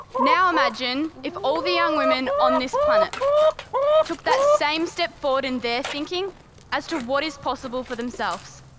now imagine if all the young women on this planet took that same step forward in their thinking as to what is possible for themselves.